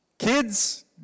kids